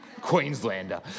Queenslander